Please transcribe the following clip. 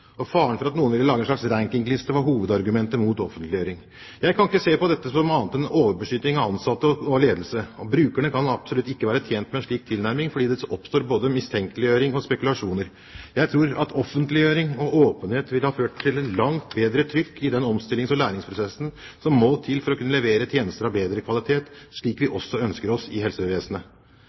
Faren for at noen ville lage en slags rankingliste, var hovedargumentet mot offentliggjøring. Jeg kan ikke se på dette som annet enn overbeskytting av ansatte og ledelse. Brukerne kan absolutt ikke være tjent med en slik tilnærming fordi det oppstår både mistenkeliggjøring og spekulasjoner. Jeg tror at offentliggjøring og åpenhet ville ha ført til et langt bedre trykk i den omstillings- og læringsprosessen som må til for å kunne levere tjenester av bedre kvalitet, slik vi også ønsker oss i helsevesenet.